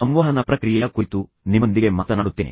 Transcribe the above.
ಸಂವಹನ ಪ್ರಕ್ರಿಯೆಯ ಕುರಿತು ನಾನು ನಿಮ್ಮೊಂದಿಗೆ ಮಾತನಾಡುತ್ತೇನೆ